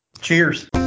Cheers